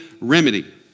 remedy